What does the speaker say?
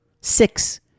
Six